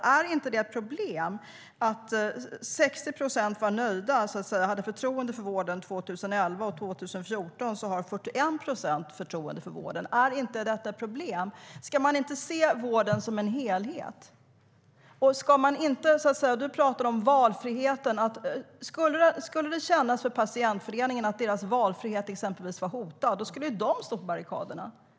Är det inte ett problem att 60 procent hade förtroende för vården 2011 och att 41 procent hade förtroende för vården 2014? Är inte detta ett problem? Ska man inte se vården som en helhet? Du pratar om valfriheten. Skulle patientföreningarna känna att deras valfrihet var hotad skulle de stå på barrikaderna.